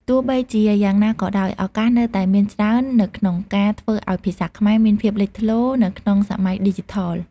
ទោះបីជាយ៉ាងណាក៏ដោយ ឱកាសនៅតែមានច្រើននៅក្នុងការ ធ្វើឲ្យភាសាខ្មែរមានភាពលេចធ្លោនៅក្នុងសម័យឌីជីថល។